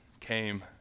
came